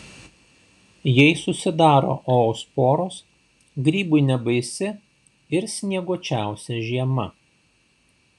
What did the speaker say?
jei susidaro oosporos grybui nebaisi ir snieguočiausia žiema